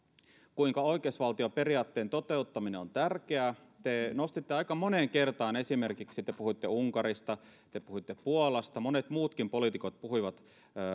kuinka oikeusvaltioperiaatteen toteuttaminen on tärkeää te nostitte sen esiin aika moneen kertaan esimerkiksi te puhuitte unkarista te puhuitte puolasta monet muutkin poliitikot puhuivat